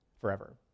forever